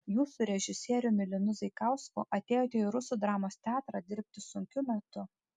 jūs su režisieriumi linu zaikausku atėjote į rusų dramos teatrą dirbti sunkiu metu